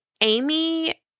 Amy